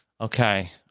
Okay